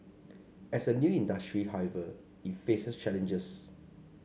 as a new industry however it faces challenges